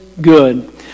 good